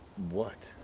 what?